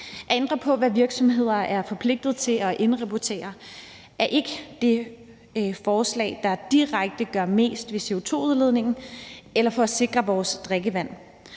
ændre på, hvad virksomheder er forpligtet til at indrapportere, er ikke det forslag, der direkte gør mest ved CO2-udledningen eller sikrer vores drikkevand,